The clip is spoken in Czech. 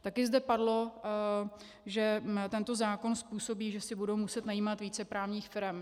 Taky zde padlo, že tento zákon způsobí, že si budou muset najímat více právních firem.